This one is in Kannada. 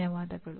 ಧನ್ಯವಾದಗಳು